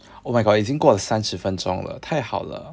oh my god 已经过了三十分钟了太好了